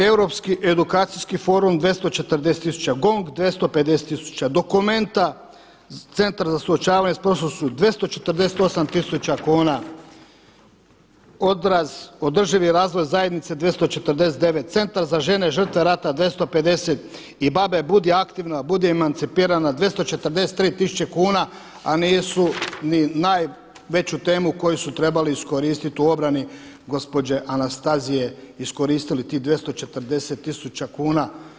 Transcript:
Europski edukacijski forum 240 tisuća, GONG 250 tisuća, Dokumenta Centar za suočavanje s prošlošću 248 tisuća kuna, Odraz održivi razvoj zajednice 249, Centar za žene žrtve rata 250 i BaBe „Budi aktivna, budi emancipirana“ 243 tisuće kuna, a nisu ni najveću temu koju su trebali iskoristiti u obrani gospođe Anastazije iskoristili tih 240 tisuća kuna.